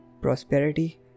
Prosperity